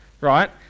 right